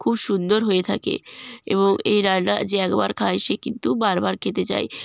খুব সুন্দর হয়ে থাকে এবং এই রান্না যে একবার খায় সে কিন্তু বারবার খেতে চায়